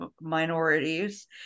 minorities